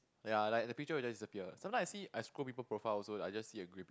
ya like the picture will just disappear sometimes I see I scroll people profile also I just see a grey